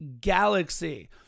Galaxy